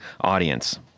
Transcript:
audience